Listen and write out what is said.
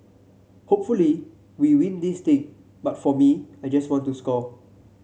hopefully we win this thing but for me I just want to score